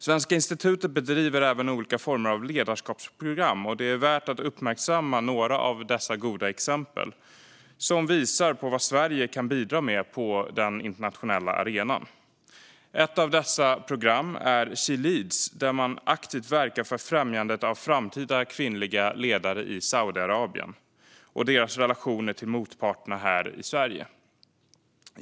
Svenska institutet bedriver även olika former av ledarskapsprogram. Det är värt att uppmärksamma några av dessa goda exempel som visar vad Sverige kan bidra med på den internationella arenan. Ett av dessa program är She Leads där man aktivt verkar för främjandet av framtida kvinnliga ledare i Saudiarabien och deras relationer till motparterna här i Sverige.